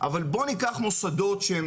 אבל בואו ניקח מוסדות שהם